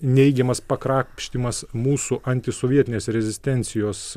neigiamas pakrapštymas mūsų antisovietinės rezistencijos